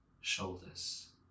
shoulders